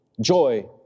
joy